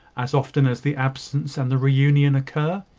as often as the absence and the re-union occur?